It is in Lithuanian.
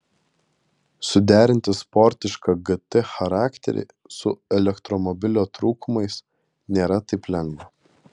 suderinti sportišką gt charakterį su elektromobilio trūkumais nėra taip lengva